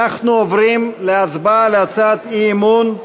אנחנו עוברים להצבעה על הצעת אי-אמון,